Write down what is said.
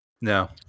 No